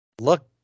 look